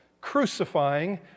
Crucifying